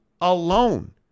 alone